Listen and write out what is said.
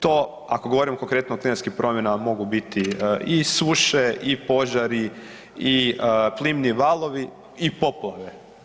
To, ako govorimo konkretno o klimatskim promjenama, mogu biti i suše i požari i plimni valovi i poplave.